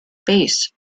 base